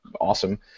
awesome